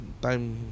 time